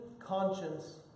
Conscience